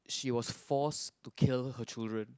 she was forced to kill her children